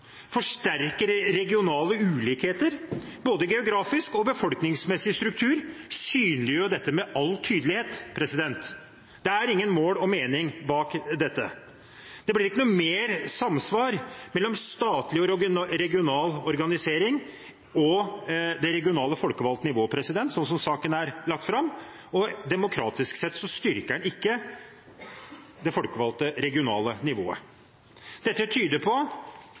forsterker regionale ulikheter. Både geografisk og befolkningsmessig struktur synliggjør dette med all tydelighet. Det er verken mål eller mening bak dette. Det blir ikke noe mer samsvar mellom statlig og regional organisering og det regionale folkevalgte nivå, slik som saken er lagt fram, og demokratisk sett styrker den ikke det folkevalgte regionale nivået. Det tyder på